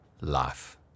life